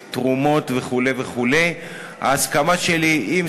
"נעבעכים" ו"קיביצערים", קבר רחל וקבר של